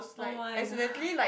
[oh]-my-god